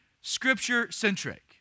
Scripture-centric